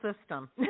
system